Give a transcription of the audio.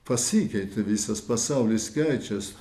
pasikeitė visas pasaulis keičiasi